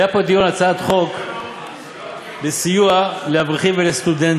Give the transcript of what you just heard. היה פה דיון על הצעת חוק לסיוע לאברכים ולסטודנטים,